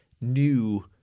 new